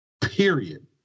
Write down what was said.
Period